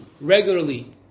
regularly